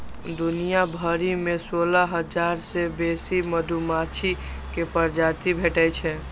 दुनिया भरि मे सोलह हजार सं बेसी मधुमाछी के प्रजाति भेटै छै